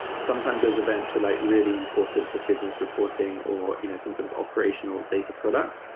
sometimes those events are like really important for business reporting or you know some sort of operational data product.